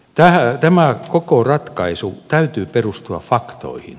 tämän koko ratkaisun täytyy perustua faktoihin